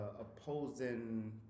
opposing